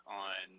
on